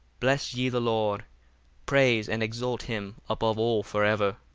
bless ye the lord praise and exalt him above all for ever.